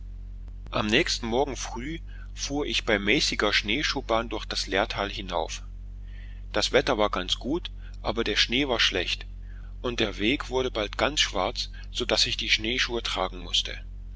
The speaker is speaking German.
am nächsten morgen früh fuhr ich bei mäßiger schneeschuhbahn durch das lärtal hinauf das wetter war ganz gut aber der schnee war schlecht und der weg wurde bald ganz schwarz so daß ich die schneeschuhe tragen mußte